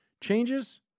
changes